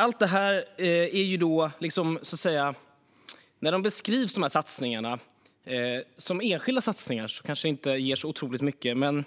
Alla dessa satsningar enskilt ger kanske inte otroligt mycket, men